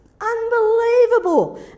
unbelievable